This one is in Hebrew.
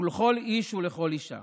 לכל איש ולכל אישה